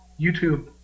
YouTube